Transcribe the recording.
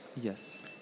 Yes